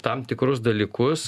tam tikrus dalykus